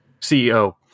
CEO